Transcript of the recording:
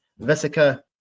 Vesica